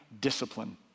discipline